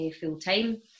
full-time